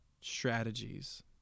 strategies